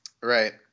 Right